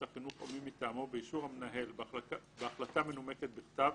החינוך או מי מטעמו באישור המנהל בהחלטה מנומקת בכתב,